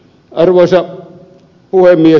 arvoisa puhemies